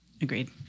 Agreed